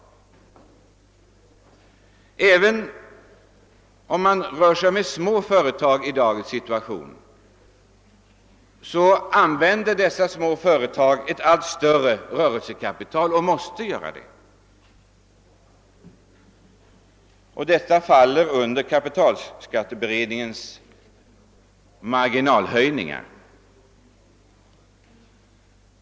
även de små företagen behöver i dag ett allt större rörelsekapital, och detta kapital kommer att drabbas av de marginalskattehöjningar som kapitalskatteberedningen föreslår.